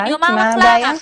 אני אומר לך למה.